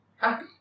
happy